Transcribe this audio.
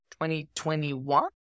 2021